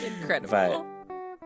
incredible